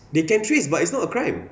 they can trace but it's not a crime